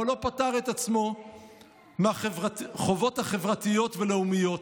אך לא פטר את עצמו מהחובות החברתיות והלאומיות,